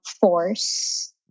force